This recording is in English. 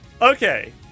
Okay